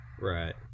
Right